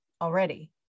already